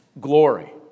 glory